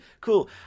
Cool